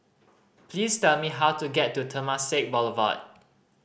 please tell me how to get to Temasek Boulevard